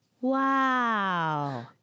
Wow